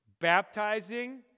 baptizing